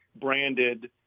branded